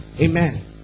Amen